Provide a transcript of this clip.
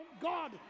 God